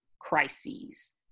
crises